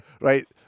Right